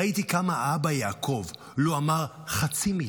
ראיתי כמה האבא יעקב לא אמר חצי מילה,